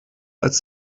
als